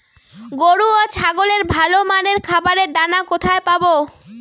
গরু ও ছাগলের ভালো মানের খাবারের দানা কোথায় পাবো?